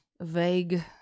vague